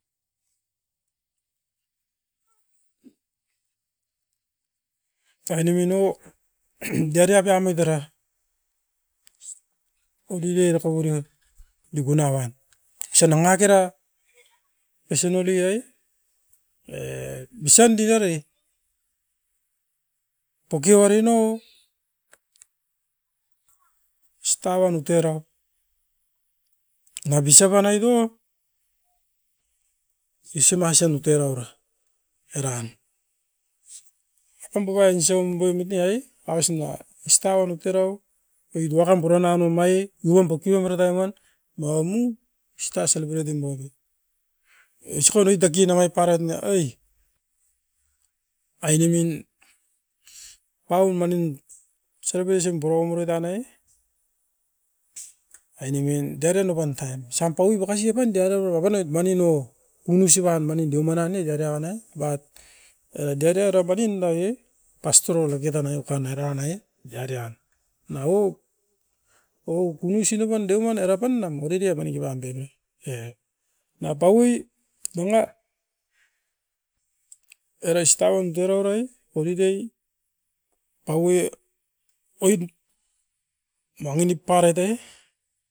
Ainemin no diaria piamit era. Oudide oraka bure ia mikuna uan, osa nanga kera osinodi ai? E bisande neri poki uari nao osta uan utoira. Na bisapa naito, ison asim turoira eran. Tambuai isom boimit ne ai aus nia easter onut era'u oi wakam puranan omai i uom pokin o mara taim an naua mu easter celebretim Oi sikonoi taki nanga oit paroit na oi, ainemin pau manin celebresin puram uroit tan ai, ainemin diare novan taim, osam paui bakasi oupan diadamam makanoit manin no kunusivan manin deuman an ne dere'an na evat era dea'da era banin dai'e pastrol oke tanai okan era nai dea di'an nau'o o kunuisi noven deuman era pan nam holide apaniki pandoi no, e. Na paui deuma era istaun dueirau rai, holide paui oin mangi nip parait e